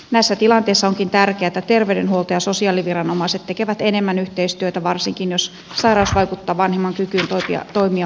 näissä tilanteissa onkin tärkeätä että terveydenhuolto ja sosiaaliviranomaiset tekevät enemmän yhteistyötä varsinkin jos sairaus vaikuttaa vanhemman kykyyn toimia vanhempana